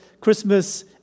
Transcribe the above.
Christmas